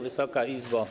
Wysoka Izbo!